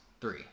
Three